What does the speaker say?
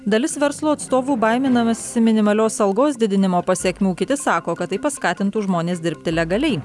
dalis verslo atstovų baiminamasi minimalios algos didinimo pasekmių kiti sako kad tai paskatintų žmones dirbti legaliai